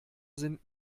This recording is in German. sind